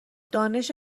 دانش